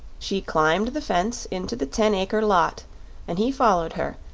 she climbed the fence into the ten-acre lot and he followed her,